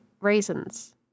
raisins